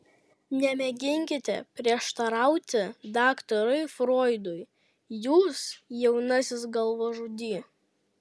nemėginkite prieštarauti daktarui froidui jūs jaunasis galvažudy